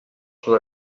suo